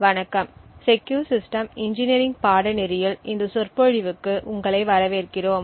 வணக்கம் secure system engineering பாடநெறியில் இந்த சொற்பொழிவுக்கு உங்களை வரவேற்கிறோம்